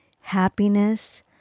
happiness